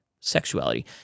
sexuality